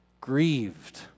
grieved